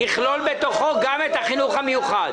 יכלול גם את החינוך המיוחד.